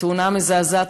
התאונה המזעזעת,